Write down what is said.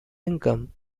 income